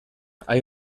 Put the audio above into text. hay